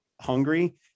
hungry